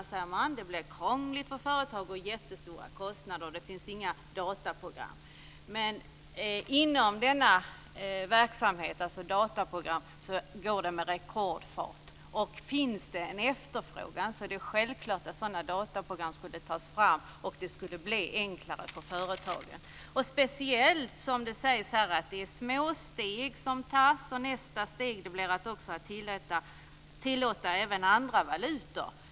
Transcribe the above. Man säger att det blir krångligt för företag och jättestora kostnader, och det finns inga dataprogram för detta. Men inom denna verksamhet, dvs. dataprogram, går det med rekordfart, och om det finns en efterfrågan är det självklart att sådana dataprogram skulle tas fram, och det skulle bli enklare för företagen, speciellt som det sägs här att det är små steg som tas och att nästa steg blir att tillåta även andra valutor.